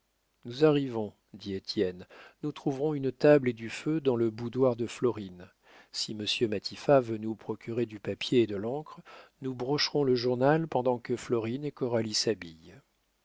nous arrivons dit étienne nous trouverons une table et du feu dans le boudoir de florine si monsieur matifat veut nous procurer du papier et de l'encre nous brocherons le journal pendant que florine et coralie s'habillent